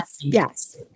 yes